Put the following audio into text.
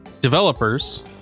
developers